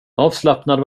avslappnad